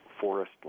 forest